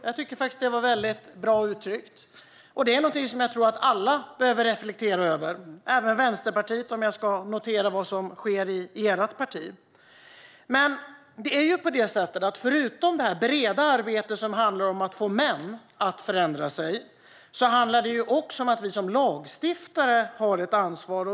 Jag tycker att det var väldigt bra uttryckt, och jag tror att det är något som alla behöver reflektera över, även Vänsterpartiet, om jag ska notera vad som sker i ert parti. Men förutom det breda arbetet för att få män att förändra sig handlar det också om att vi som lagstiftare har ett ansvar.